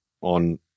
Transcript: on